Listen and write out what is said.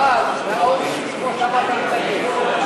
והממשלה, וה-OECD, כמו שאמרת, מתנגדים.